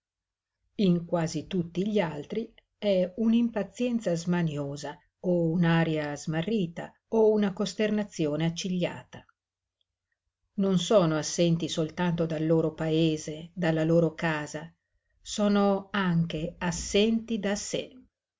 in quasi tutti gli altri è un'impazienza smaniosa o un'aria smarrita o una costernazione accigliata non sono assenti soltanto dal loro paese dalla loro casa sono anche assenti da sé